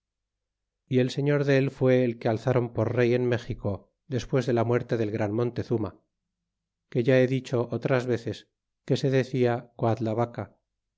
y el señor dél fue el que alzron por rey en méxico despues de la muerte del gran mbntezuma que ya he dicho otras veces que se decia coadlavaca